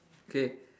K